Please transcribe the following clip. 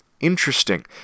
Interesting